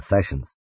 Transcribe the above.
sessions